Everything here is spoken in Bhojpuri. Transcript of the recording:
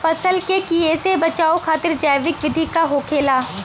फसल के कियेसे बचाव खातिन जैविक विधि का होखेला?